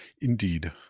indeed